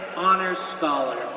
honor's scholar,